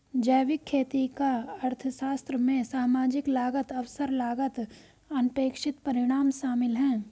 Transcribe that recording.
जैविक खेती का अर्थशास्त्र में सामाजिक लागत अवसर लागत अनपेक्षित परिणाम शामिल है